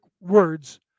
words